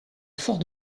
fort